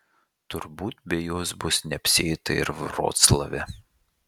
turbūt be jos bus neapsieita ir vroclave